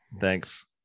Thanks